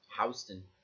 Houston